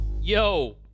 Yo